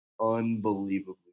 unbelievably